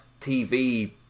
TV